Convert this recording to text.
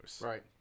Right